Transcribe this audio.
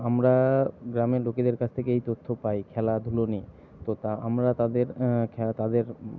আমরা গ্রামের লোকেদের কাছ থেকে এই তথ্য পাই খেলাধুলো নিয়ে তো তা আমরা তাদের খে তাদের